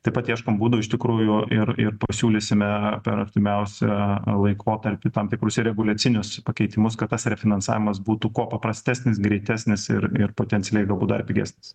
taip pat ieškom būdų iš tikrųjų ir ir pasiūlysime per artimiausią laikotarpį tam tikrus reguliacinius pakeitimus kad tas refinansavimas būtų kuo paprastesnis greitesnis ir ir potencialiai galbūt dar pigesnis